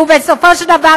ובסופו של דבר,